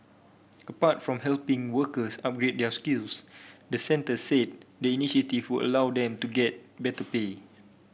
apart from helping workers upgrade their skills the centre said the initiative would allow them to get better pay